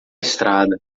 estrada